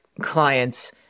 clients